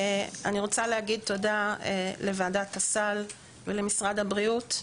אני רוצה להגיד תודה לוועדת הסל ולמשרד הבריאות.